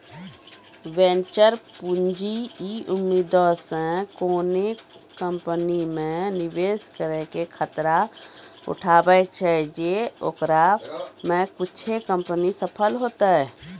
venture पूंजी इ उम्मीदो से कोनो कंपनी मे निवेश करै के खतरा उठाबै छै जे ओकरा मे कुछे कंपनी सफल होतै